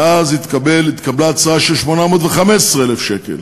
ואז התקבלה הצעה של 815,000 שקל.